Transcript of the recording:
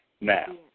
now